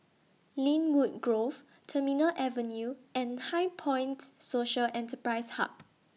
Lynwood Grove Terminal Avenue and HighPoint Social Enterprise Hub